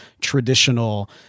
traditional